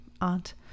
aunt